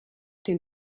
den